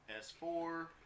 S4